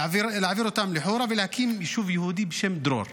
להעביר אותם לחורה ולהקים יישוב יהודי בשם דרור.